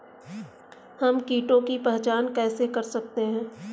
हम कीटों की पहचान कैसे कर सकते हैं?